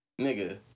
nigga